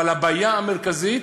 אבל הבעיה המרכזית